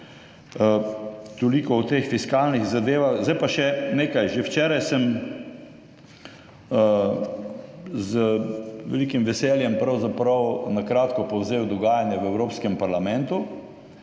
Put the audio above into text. Toliko o teh fiskalnih zadevah. Zdaj pa še nekaj. Že včeraj sem pravzaprav z velikim veseljem na kratko povzel dogajanje v Evropskem parlamentu.